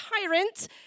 tyrant